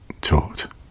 taught